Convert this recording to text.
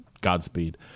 Godspeed